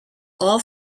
all